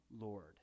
Lord